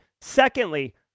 Secondly